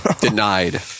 denied